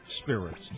spirits